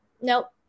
nope